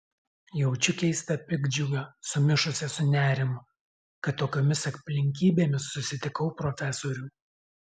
jaučiu keistą piktdžiugą sumišusią su nerimu kad tokiomis aplinkybėmis susitikau profesorių